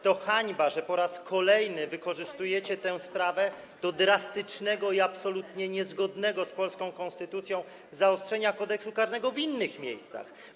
To hańba, że po raz kolejny wykorzystujecie tę sprawę do drastycznego i absolutnie niezgodnego z polską konstytucją zaostrzenia Kodeksu karnego w innych miejscach.